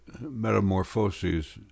Metamorphoses